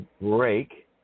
break